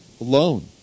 alone